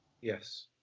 Yes